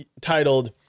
titled